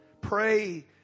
Pray